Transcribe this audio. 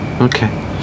Okay